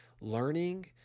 Learning